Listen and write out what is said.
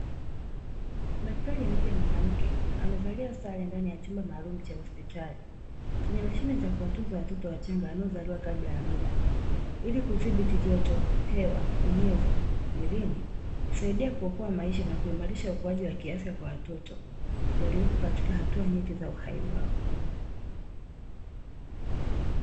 Daktari mmoja mwanamke amevalia sare ndani ya chumba maalumu cha hospitali, chenye mashine za kuwatunza watoto wachanga waliozaliwa kabla ya muda, ili kudhibiti: joto, hewa, unyevu, mwilini; kusaidia kuokoa maisha na kuimarisha ukuaji wa kiafya kwa watoto, waliopo katika hatua nyeti za uhai wao.